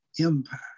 Empire